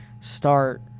start